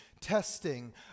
testing